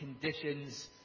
conditions